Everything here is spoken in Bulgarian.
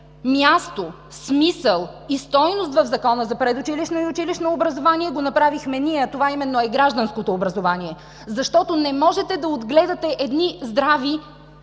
място, смисъл и стойност в Закона за предучилищно и училищно образование, го направихме ние, а това именно е гражданското образование. Защото не можете да отгледате здрави,